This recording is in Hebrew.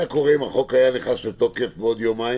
קורה אם החוק היה נכנס לתוקף עוד יומיים.